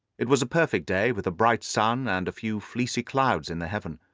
it was a perfect day, with a bright sun and a few fleecy clouds in the heavens.